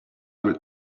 would